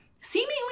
seemingly